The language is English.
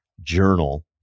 journal